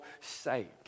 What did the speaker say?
sake